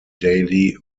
daily